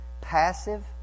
passive